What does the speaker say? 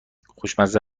خوشمزه